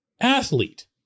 athlete